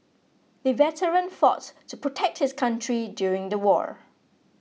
the veteran fought to protect his country during the war